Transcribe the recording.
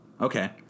Okay